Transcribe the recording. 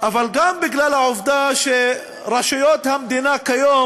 אבל גם בגלל העובדה שרשויות המדינה כיום,